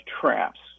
traps